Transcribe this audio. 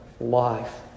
life